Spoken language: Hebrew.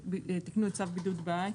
שתיקנו את צו בידוד בית,